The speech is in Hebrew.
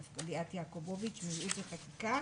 ליאת יעקובוביץ מייעוץ חקיקה